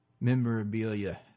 memorabilia